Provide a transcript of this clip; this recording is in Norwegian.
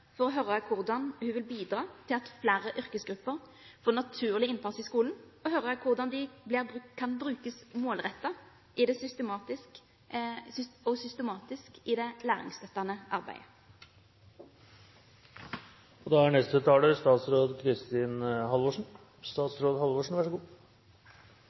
for å høre hvordan hun vil bidra til at flere yrkesgrupper får naturlig innpass i skolen, og for å høre hvordan de kan brukes målrettet og systematisk i det læringsstøttende arbeidet. Jeg er helt enig i